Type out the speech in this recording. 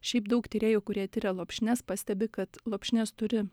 šiaip daug tyrėjų kurie tiria lopšines pastebi kad lopšinės turi